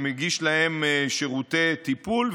ומגיש להן שירותי טיפול,